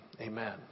amen